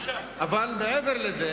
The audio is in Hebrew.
אבל מעבר לזה,